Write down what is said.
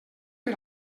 per